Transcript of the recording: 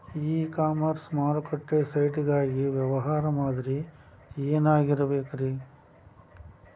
E commerce ಮಾರುಕಟ್ಟೆ site ಗಾಗಿ ವ್ಯವಹಾರ ಮಾದರಿ ಏನಾಗಿರಬೇಕ್ರಿ?